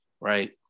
right